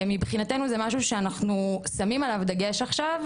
מבחינתנו זה משהו שאנחנו שמים עליו דגש עכשיו,